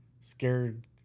scared